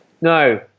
No